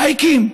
לייקים?